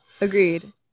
agreed